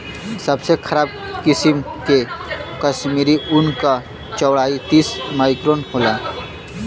सबसे खराब किसिम के कश्मीरी ऊन क चौड़ाई तीस माइक्रोन होला